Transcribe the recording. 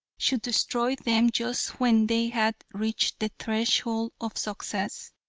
should destroy them just when they had reached the threshold of success.